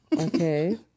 Okay